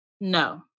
No